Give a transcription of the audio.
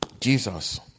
Jesus